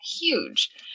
huge